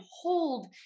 hold